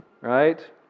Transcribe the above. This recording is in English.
Right